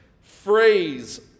phrase